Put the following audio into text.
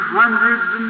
hundreds